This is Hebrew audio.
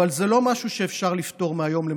אבל זה לא משהו שאפשר לפתור מהיום למחר,